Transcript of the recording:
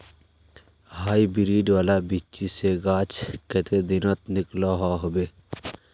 Hybrid वाला बिच्ची से गाछ कते दिनोत निकलो होबे?